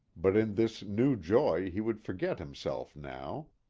but in this new joy he would forget himself now.